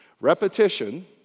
repetition